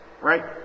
Right